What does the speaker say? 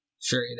Sure